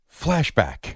flashback